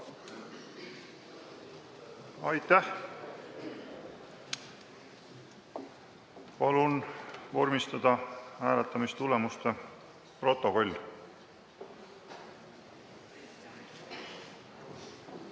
Aitäh! Palun vormistada hääletamistulemuste protokoll. Head